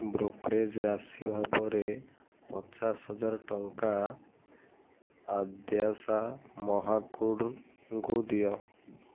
brokerage ରାଶି ଭାବରେ ପଚାଶ ହଜାର ଟଙ୍କା ଆଦ୍ୟାଶା ମହାକୁଡ଼ଙ୍କୁ ଦିଅ